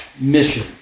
mission